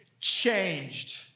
changed